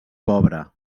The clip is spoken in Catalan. pobre